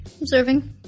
Observing